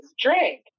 drink